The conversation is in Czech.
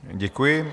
Děkuji.